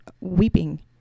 weeping